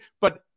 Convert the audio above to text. But-